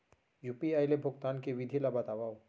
UPI ले भुगतान के विधि ला बतावव